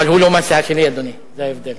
אבל הוא לא מהסיעה שלי, אדוני, זה ההבדל.